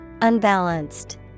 Unbalanced